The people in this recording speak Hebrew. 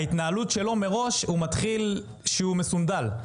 מראש, הוא מתחיל כשהוא מסונדל.